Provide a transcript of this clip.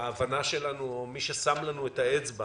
ההבנה שלנו או מי ששם לנו את האצבע